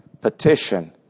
petition